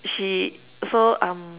she so um